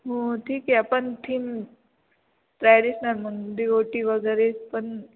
हो ठीक आहे पण थीम ट्रॅडिशनल म्हणून दिवोटी वगैरे पण